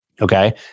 okay